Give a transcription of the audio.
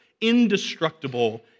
indestructible